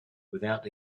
without